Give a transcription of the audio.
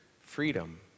freedom